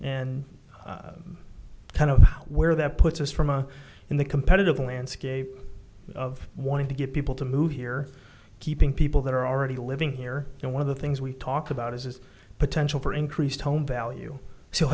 and kind of where that puts us from a in the competitive landscape of wanting to get people to move here keeping people that are already living here you know one of the things we talk about is potential for increased home value so